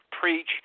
preach